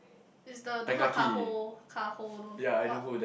is the do not Kah Ho Kah Ho don't what